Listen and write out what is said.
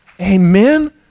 Amen